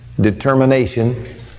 determination